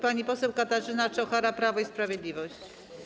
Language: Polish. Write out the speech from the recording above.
Pani poseł Katarzyna Czochara, Prawo i Sprawiedliwość.